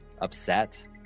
upset